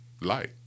light